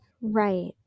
Right